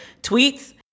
tweets